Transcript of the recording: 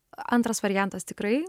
antras variantas tikrai